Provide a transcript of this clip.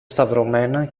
σταυρωμένα